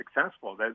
successful